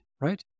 right